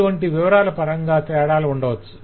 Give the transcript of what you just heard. ఇటువంటి వివరాల పరంగా తేడాలుండవచ్చు